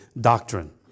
doctrine